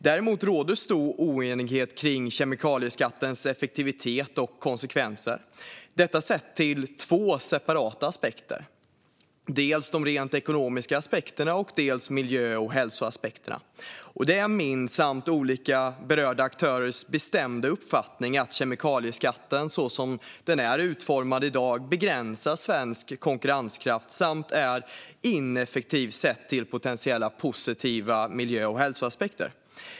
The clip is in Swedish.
Däremot råder det stor oenighet kring kemikalieskattens effektivitet och konsekvenser, detta sett till två separata aspekter: dels de rent ekonomiska aspekterna, dels miljö och hälsoaspekterna. Det är min och olika berörda aktörers bestämda uppfattning att kemikalieskatten som den är utformad i dag begränsar svensk konkurrenskraft och är ineffektiv sett till potentiella positiva miljö och hälsoaspekter.